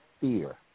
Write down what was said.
fear